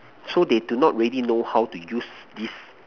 so they do not already know how to use this